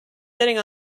sitting